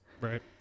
right